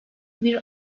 bir